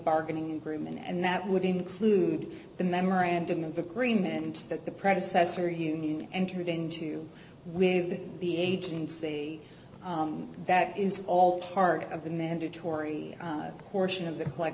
bargaining agreement and that would include the memorandum of agreement that the predecessor union entered into with the agency that is all part of the mandatory portion of the collect